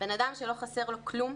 בן אדם שלא חסר לו כלום